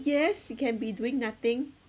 yes it can be doing nothing